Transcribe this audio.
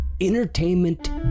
entertainment